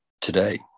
today